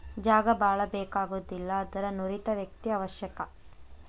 ಜಾಗಾ ಬಾಳ ಬೇಕಾಗುದಿಲ್ಲಾ ಆದರ ನುರಿತ ವ್ಯಕ್ತಿ ಅವಶ್ಯಕ